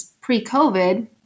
pre-COVID